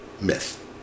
myth